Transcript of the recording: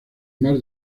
mar